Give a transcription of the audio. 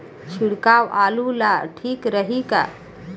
छिड़काव आलू ला ठीक रही का?